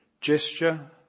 gesture